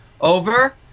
Over